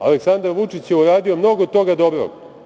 Aleksandar Vučić je uradio mnogo toga dobrog.